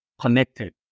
connected